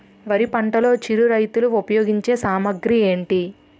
వరి పంటలో చిరు రైతులు ఉపయోగించే సామాగ్రి ఏంటి?